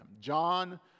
John